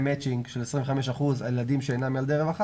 מצ'ינג של 25% על ילדים שאינם ילדי רווחה,